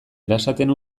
erasaten